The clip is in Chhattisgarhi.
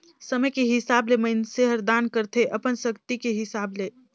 समे के हिसाब ले मइनसे हर दान करथे अपन सक्ति के हिसाब ले